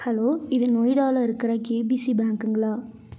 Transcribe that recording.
hello இது நொய்டாவில் இருக்கிற கேபிசி பேங்க்குங்களா